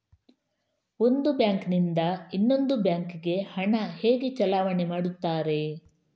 ಒಂದು ಬ್ಯಾಂಕ್ ನಿಂದ ಇನ್ನೊಂದು ಬ್ಯಾಂಕ್ ಗೆ ಹಣ ಹೇಗೆ ಚಲಾವಣೆ ಮಾಡುತ್ತಾರೆ?